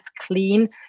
clean